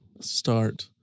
start